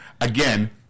again